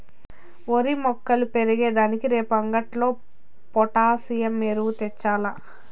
ఓరి మొక్కలు పెరిగే దానికి రేపు అంగట్లో పొటాసియం ఎరువు తెచ్చాల్ల